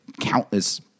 countless